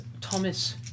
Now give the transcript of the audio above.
Thomas